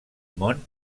món